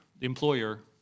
employer